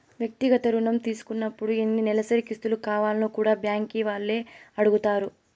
వ్యక్తిగత రుణం తీసుకున్నపుడు ఎన్ని నెలసరి కిస్తులు కావాల్నో కూడా బ్యాంకీ వాల్లే అడగతారు